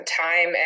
time